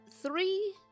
three